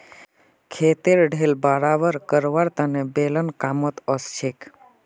खेतेर ढेल बराबर करवार तने बेलन कामत ओसछेक